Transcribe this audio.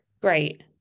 Great